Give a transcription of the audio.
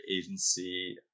agency